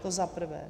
To za prvé.